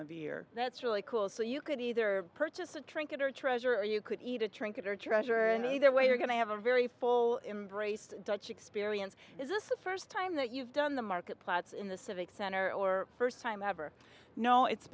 of year that's really cool so you could either purchase a trinket or treasure or you could eat a trinket or treasure and either way you're going to have a very full embrace the dutch experience is this is first time that you've done the market plots in the civic center or first time ever i know it's